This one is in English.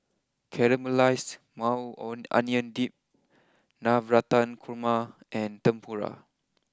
Caramelized Maui Onion Dip Navratan Korma and Tempura